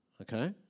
Okay